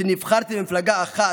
שנבחרתם במפלגה אחת,